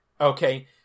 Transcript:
okay